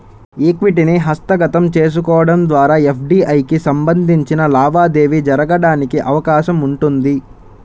ఈక్విటీని హస్తగతం చేసుకోవడం ద్వారా ఎఫ్డీఐకి సంబంధించిన లావాదేవీ జరగడానికి అవకాశం ఉంటుంది